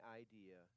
idea